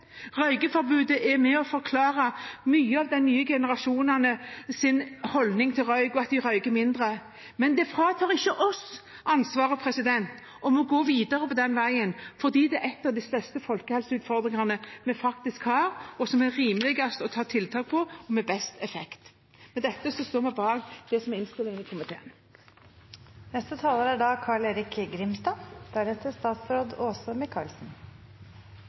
Røykeforbudet er med på å forklare mye av de nye generasjonenes holdning til røyk og at de røyker mindre. Men det fratar ikke oss ansvaret for å gå videre på den veien, for det er en av de største folkehelseutfordringene vi har, og som det er rimeligst å ha tiltak på med best effekt. Med bakgrunn i dette står vi bak det som er innstillingen fra komiteen. Det er